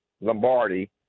Lombardi